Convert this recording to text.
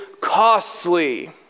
costly